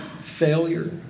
failure